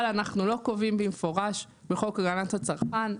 אבל אנחנו לא קובעים בפורש בחוק הגנת הצרכן,